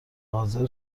حاضر